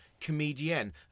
Comedienne